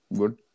good